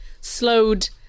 slowed